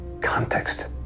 Context